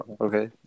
Okay